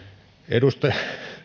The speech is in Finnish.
edustaja